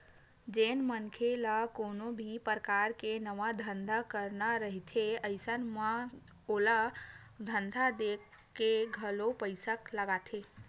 जेन मनखे ल कोनो भी परकार के नवा धंधा करना रहिथे अइसन म ओला धंधा देखके घलोक पइसा लगथे